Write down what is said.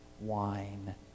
wine